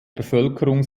bevölkerung